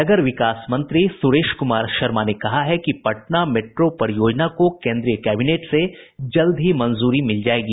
नगर विकास मंत्री सुरेश कुमार शर्मा ने कहा है कि पटना मेट्रो परियोजना को केन्द्रीय कैबिनेट से जल्द ही मंजूरी मिल जायेगी